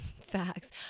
facts